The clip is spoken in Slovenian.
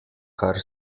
kar